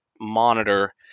monitor